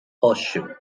horseshoe